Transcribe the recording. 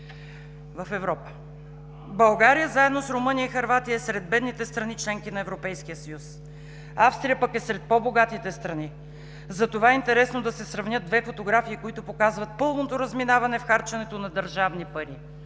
в Европа, така: „България заедно с Румъния и Хърватия е сред бедните страни – членки на Европейския съюз. Австрия е пък сред по-богатите страни. Затова е интересно да се сравнят две фотографии, които показват пълното разминаване в харченето на държавни пари,